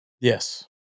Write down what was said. Yes